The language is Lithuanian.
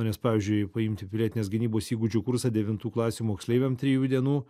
nes pavyzdžiui paimti pilietinės gynybos įgūdžių kursą devintų klasių moksleiviam trijų dienų